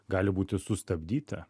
gali būti sustabdyta